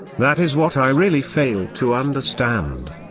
that is what i really fail to understand.